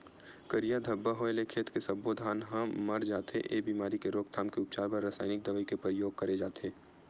करिया धब्बा होय ले खेत के सब्बो धान ह मर जथे, ए बेमारी के रोकथाम के उपचार बर रसाइनिक दवई के परियोग करे जाथे